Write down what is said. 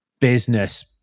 business